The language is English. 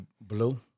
blue